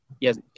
Yes